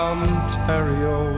Ontario